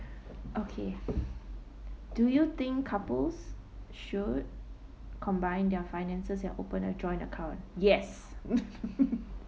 okay do you think couples should combine their finances and open a joint account yes